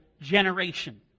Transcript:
generation